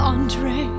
Andre